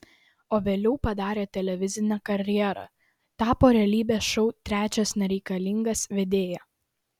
o vėliau padarė televizinę karjerą tapo realybės šou trečias nereikalingas vedėja